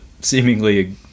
seemingly